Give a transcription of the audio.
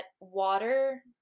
water